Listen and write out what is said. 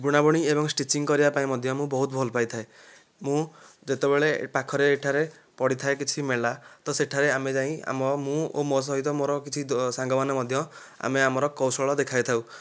ବୁଣାବୁଣି ଏବଂ ସ୍ଟିଚିଙ୍ଗ କରିବା ପାଇଁ ମଧ୍ୟ ମୁଁ ବହୁତ ଭଲ ପାଇଥାଏ ମୁଁ ଯେତେବେଳେ ପାଖରେ ଏଠାରେ ପଡ଼ିଥାଏ କିଛି ମେଳା ତ ସେଠାରେ ଆମେ ଯାଇ ଆମ ମୁଁ ଓ ମୋ ସହିତ ମୋର କିଛି ସାଙ୍ଗମାନେ ମଧ୍ୟ ଆମେ ଆମର କୌଶଳ ଦେଖାଇଥାଉ